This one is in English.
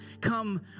come